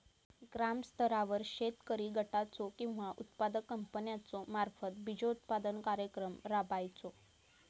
ग्रामस्तरावर शेतकरी गटाचो किंवा उत्पादक कंपन्याचो मार्फत बिजोत्पादन कार्यक्रम राबायचो?